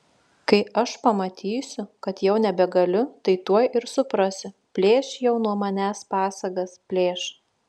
kai aš pamatysiu kad jau nebegaliu tai tuoj ir suprasiu plėš jau nuo manęs pasagas plėš